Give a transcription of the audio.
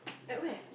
at where